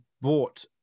bought